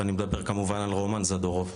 ואני מדבר כמובן על רומן זדורוב.